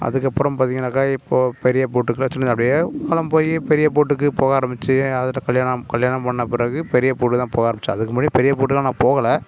அதுக்கப்புறோம் பார்த்திங்கனாக்கா இப்போ பெரிய போட்டுக்கெல்லாம் சின்ன அப்படி காலம் போய் பெரிய போட்டுக்கு போக ஆரம்பித்து அதில் கல்யாணம் கல்யாணம் பண்ண பிறகு பெரிய போட்டுக்கு தான் போக ஆரம்பிச்சேன் அதுக்கு முன்னாடி பெரிய போட்டுக்குலான் நான் போகலை